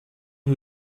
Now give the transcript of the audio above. who